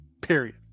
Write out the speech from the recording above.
Period